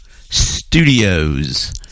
Studios